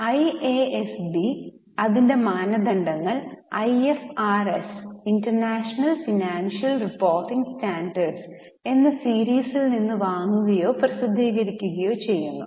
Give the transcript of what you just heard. IASB അതിന്റെ മാനദണ്ഡങ്ങൾ IFRS international financial reporting standard എന്ന സീരിസിൽ നിന്ന് വാങ്ങുകയോ പ്രസിദ്ധീകരിക്കുകയോ ചെയ്യുന്നു